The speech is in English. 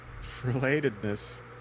relatedness